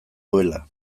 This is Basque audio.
duela